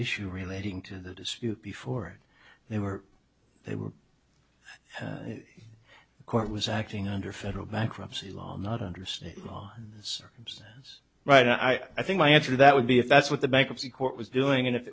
shoe relating to the dispute before they were they were the court was acting under federal bankruptcy law not under state law circumstance right and i think my answer to that would be if that's what the bankruptcy court was doing and if